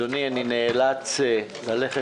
אני נאלץ לצאת,